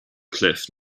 cliff